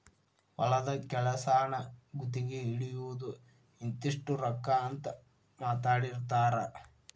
ಹೊಲದ ಕೆಲಸಾನ ಗುತಗಿ ಹಿಡಿಯುದು ಇಂತಿಷ್ಟ ರೊಕ್ಕಾ ಅಂತ ಮಾತಾಡಿರತಾರ